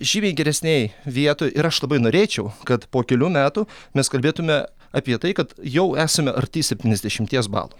žymiai geresnėj vietoje ir aš labai norėčiau kad po kelių metų mes kalbėtumėme apie tai kad jau esame arti septyniasdešimties balų